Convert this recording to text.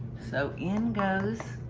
so in goes